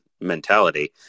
mentality